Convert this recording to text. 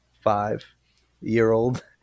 five-year-old